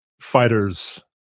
fighters